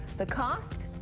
the cost?